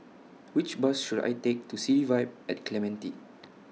Which Bus should I Take to City Vibe At Clementi